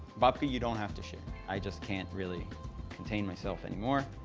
babka, you don't have to share. i just can't really contain myself anymore.